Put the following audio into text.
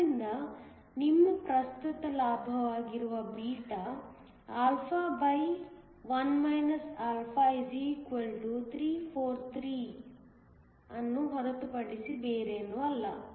ಆದ್ದರಿಂದ ನಿಮ್ಮ ಪ್ರಸ್ತುತ ಲಾಭವಾಗಿರುವ β 1 α343 ಅನ್ನು ಹೊರತುಪಡಿಸಿ ಬೇರೇನೂ ಅಲ್ಲ